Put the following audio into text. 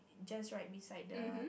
just right beside the